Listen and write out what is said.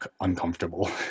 uncomfortable